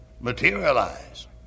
materialize